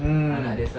mm